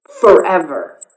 forever